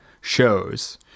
shows